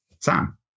Sam